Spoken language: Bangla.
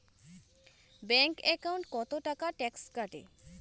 ব্যাংক একাউন্টত কতো টাকা ট্যাক্স কাটে?